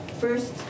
first